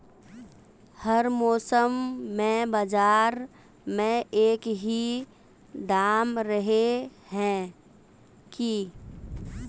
हर मौसम में बाजार में एक ही दाम रहे है की?